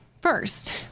First